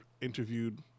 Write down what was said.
interviewed